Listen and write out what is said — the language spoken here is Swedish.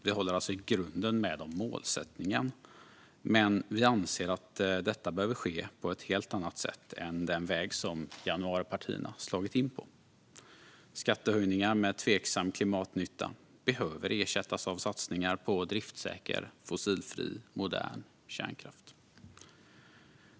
Vi håller alltså i grunden med om målsättningen, men vi anser att detta behöver ske på ett helt annat sätt än den väg som januaripartierna har slagit in på. Skattehöjningar med tveksam klimatnytta behöver ersättas av satsningar på driftssäker fossilfri modern kärnkraft.